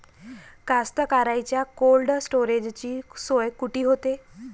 कास्तकाराइच्या कोल्ड स्टोरेजची सोय कुटी होते?